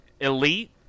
Elite